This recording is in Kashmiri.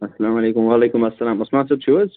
اَسلام علیکُم وعلیکُم اَسلام اسماد صٲب چھُو حظ